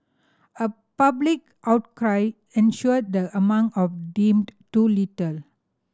a public outcry ensued the amount of deemed too little